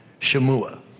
Shemua